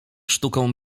sztuką